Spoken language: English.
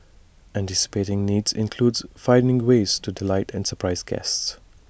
anticipating needs includes finding ways to delight and surprise guests